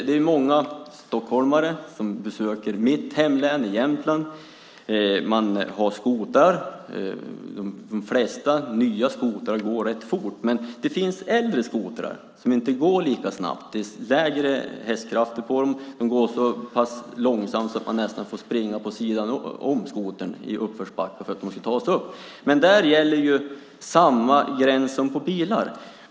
Det är många stockholmare som besöker mitt hemlän Jämtland. Man har skotrar, och de flesta skotrar går rätt fort. Men det finns äldre skotrar som inte går lika snabbt. De har lägre hästkrafter och går så pass långsamt att man nästan får springa vid sidan av skotern i en uppförsbacke för att man ska ta sig upp. Där gäller samma gräns som för bilar.